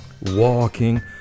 walking